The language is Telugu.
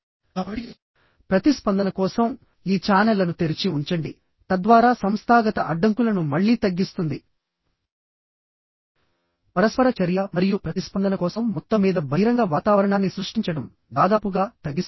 కాబట్టి ప్రతిస్పందన కోసం ఈ ఛానెల్లను తెరిచి ఉంచండి తద్వారా సంస్థాగత అడ్డంకులను మళ్లీ తగ్గిస్తుంది పరస్పర చర్య మరియు ప్రతిస్పందన కోసం మొత్తం మీద బహిరంగ వాతావరణాన్ని సృష్టించడం దాదాపుగా తగ్గిస్తుంది